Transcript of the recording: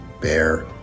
Bear